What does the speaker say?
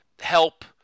help